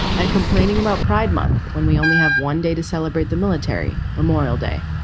and complaining about pride month when we only have one day to celebrate the military memorial day.